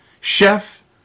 chef